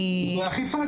זה האכיפה,